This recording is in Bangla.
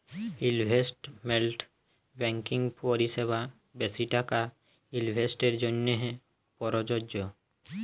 ইলভেস্টমেল্ট ব্যাংকিং পরিসেবা বেশি টাকা ইলভেস্টের জ্যনহে পরযজ্য